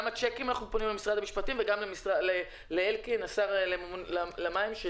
אנחנו פונים למשרד המשפטים בעניין הצ'קים ולשר אלקין בנושא מחירי המים.